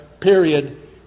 period